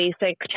basic